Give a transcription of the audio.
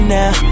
now